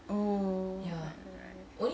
oh right right right